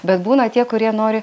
bet būna tie kurie nori